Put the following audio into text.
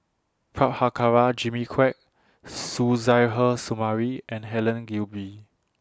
Prabhakara Jimmy Quek Suzairhe Sumari and Helen Gilbey